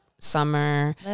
summer